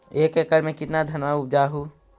एक एकड़ मे कितना धनमा उपजा हू?